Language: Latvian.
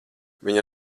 viņa